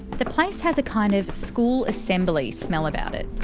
the place has a kind of school assembly smell about it.